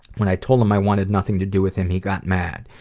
when i told him i wanted nothing to do with him he got mad.